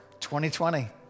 2020